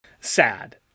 Sad